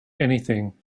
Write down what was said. anything